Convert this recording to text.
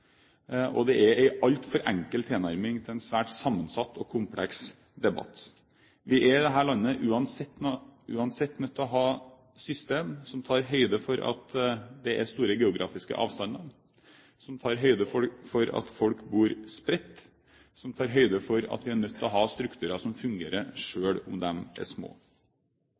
Det er en altfor enkel tilnærming til en svært sammensatt og kompleks debatt. Vi er i dette landet uansett nødt til å ha et system som tar høyde for at det er store geografiske avstander, at folk bor spredt, noe som gjør at vi er nødt til å ha strukturer som fungerer selv om kommunene er små.